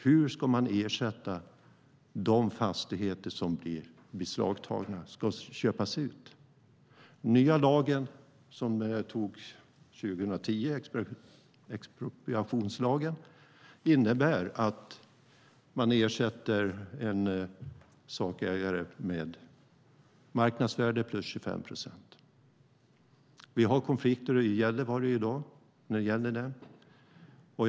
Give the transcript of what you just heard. Hur ska man ersätta de fastigheter som blir beslagtagna och som ska köpas ut? Den nya expropriationslagen som antogs 2010 innebär att man ersätter en sakägare med marknadsvärdet plus 25 procent. Vi har konflikter i Gällivare i dag när det gäller detta.